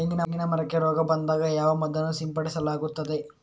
ತೆಂಗಿನ ಮರಕ್ಕೆ ರೋಗ ಬಂದಾಗ ಯಾವ ಮದ್ದನ್ನು ಸಿಂಪಡಿಸಲಾಗುತ್ತದೆ?